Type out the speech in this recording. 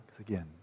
again